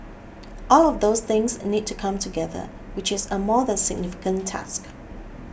all of those things need to come together which is a more than significant task